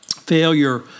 failure